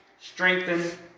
strengthen